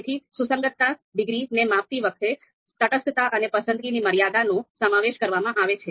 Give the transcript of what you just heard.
તેથી સુસંગતતા ડિગ્રીને માપતી વખતે તટસ્થતા અને પસંદગીની મર્યાદાનો સમાવેશ કરવામાં આવે છે